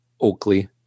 Oakley